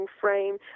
frame